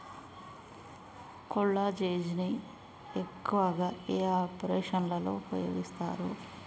కొల్లాజెజేని ను ఎక్కువగా ఏ ఆపరేషన్లలో ఉపయోగిస్తారు?